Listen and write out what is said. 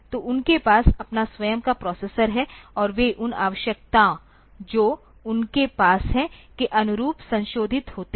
तो उनके पास अपना स्वयं का प्रोसेसर है और वे उस आवश्यकता जो उनके पास है के अनुरूप संशोधित होते हैं